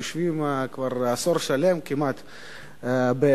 שיושבים כבר עשור שלם כמעט באופוזיציה,